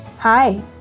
Hi